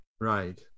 Right